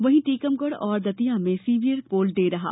वहीं टीकमगढ़ व दतिया में सीवियर कोल्ड डे रहा